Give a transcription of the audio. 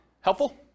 Helpful